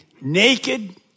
naked